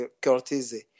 courtesy